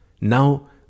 Now